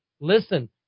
listen